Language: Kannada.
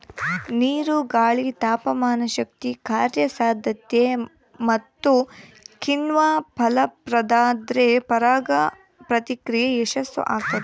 ನೀರು ಗಾಳಿ ತಾಪಮಾನಶಕ್ತಿ ಕಾರ್ಯಸಾಧ್ಯತೆ ಮತ್ತುಕಿಣ್ವ ಫಲಪ್ರದಾದ್ರೆ ಪರಾಗ ಪ್ರಕ್ರಿಯೆ ಯಶಸ್ಸುಆಗ್ತದ